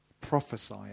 Prophesy